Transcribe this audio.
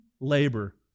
labor